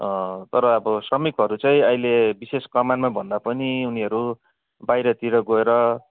तर अब श्रमिकहरू चाहिँ अहिले विशेष कमानमा भन्दा पनि उनीहरू बाहिरतिर गएर